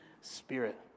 spirit